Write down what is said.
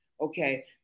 Okay